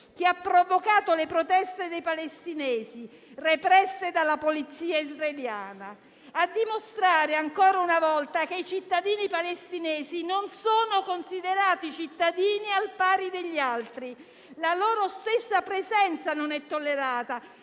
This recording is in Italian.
che ha provocato le proteste dei palestinesi, represse dalla polizia israeliana. Ciò a dimostrare ancora una volta che i cittadini palestinesi non sono considerati cittadini al pari degli altri. La loro stessa presenza non è tollerata,